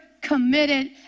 committed